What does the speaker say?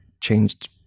changed